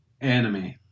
Anime